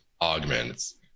Augments